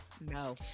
No